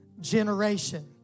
generation